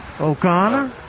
O'Connor